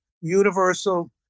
universal